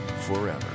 forever